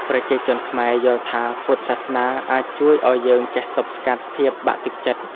ប្រជាជនខ្មែរយល់ថាពុទ្ធសាសនាអាចជួយឲ្យយើងចេះទប់ស្កាត់ភាពបាក់ទឺកចិត្ត។